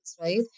right